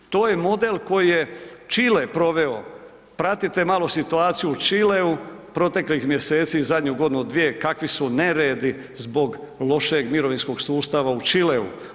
To je model koji je Čile proveo, pratite malo situaciju u Čileu, proteklih mjeseci, zadnju godinu, dvije, kakvi su neredi zbog lošeg mirovinskog sustava u Čileu.